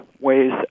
ways